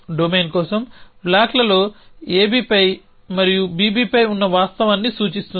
domain కోసం బ్లాక్లలో AB పై మరియు BB పై ఉన్న వాస్తవాన్ని సూచిస్తుంది